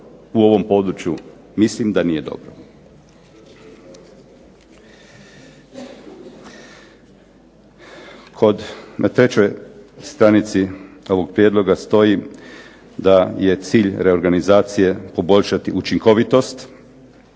u ovom području mislim da nije dobro. Kod, na trećoj stranici ovog prijedloga stoji da je cilj reorganizacije poboljšati učinkovitost,